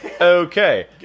Okay